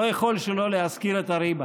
לא יכול שלא להזכיר את הריבה.